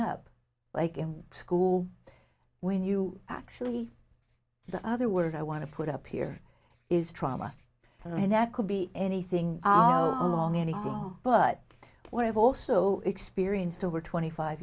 up like in school when you actually the other word i want to put up here is trauma and that could be anything along anything but what i've also experienced over twenty five